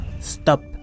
Stop